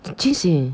清醒